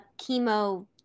chemo